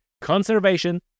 conservation